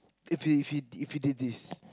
if he he if he did this